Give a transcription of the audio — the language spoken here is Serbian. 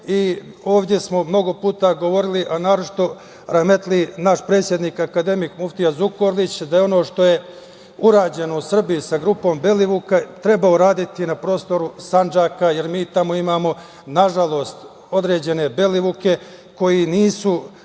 Ovde smo mnogo puta govorili, a naročito, rahmetli, naš predsednik, akademik muftija Zukorlić da je ono što je urađeno u Srbiji sa grupom Belivuka, treba uraditi i na prostoru Sandžaka, jer mi tamo imamo, nažalost, određene Belivuke koji nisu